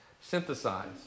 synthesize